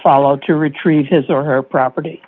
fall to retrieve his or her property